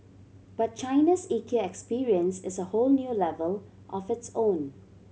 but China's Ikea experience is a whole new level of its own